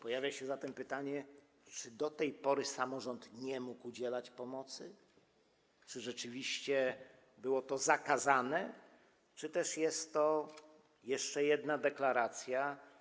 Pojawia się zatem pytanie, czy do tej pory samorząd nie mógł udzielać pomocy, czy rzeczywiście było to zakazane, czy też jest to jeszcze jedna deklaracja.